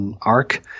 arc